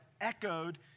echoed